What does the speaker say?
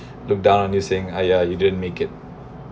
look down and saying !aiya! you didn't make it